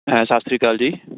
ਸਤਿ ਸ਼੍ਰੀ ਅਕਾਲ ਜੀ